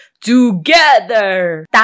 together